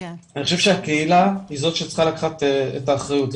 אני חושב שהקהילה היא זאת שצריכה לקחת את האחריות.